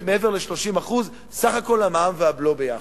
מעבר ל-30% סך הכול המע"מ והבלו ביחד.